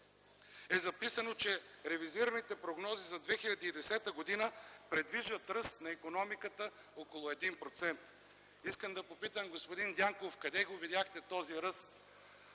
е записано, че реализираните прогнози за 2010 г. предвиждат ръст на икономиката около 1%. Искам да попитам, господин Дянков, къде видяхте този ръст